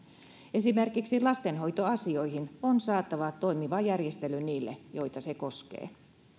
esimerkiksi lastenhoitoasioihin on saatava toimiva järjestely niille joita se koskee